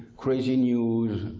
crazy news,